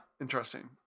Interesting